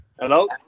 Hello